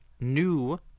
new